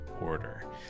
order